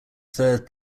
third